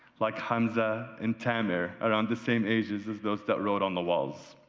like hanza and tamir around the same age as as those that wrote on the walls.